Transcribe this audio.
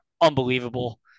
unbelievable